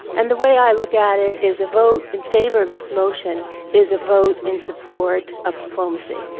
and the way i look at it is a vote in favor of this motion is a vote in support of diplomacy.